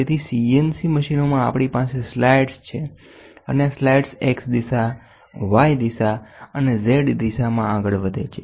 તેથી CNC મશીનોમાં આપણી પાસે સ્લાઇડ્સ છે અને આ સ્લાઇડ્સ x દિશા y દિશા અને z દિશામાં આગળ વધે છે